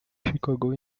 chicago